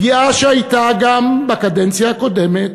פגיעה שהייתה גם בקדנציה הקודמת,